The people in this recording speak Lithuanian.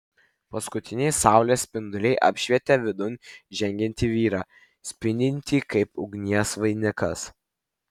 paskutiniai saulės spinduliai apšvietė vidun žengiantį vyrą spindintį kaip ugnies vainikas